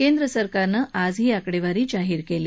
केंद्र सरकारनं आज ही आकडेवारी जाहीर केली